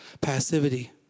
Passivity